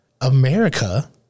America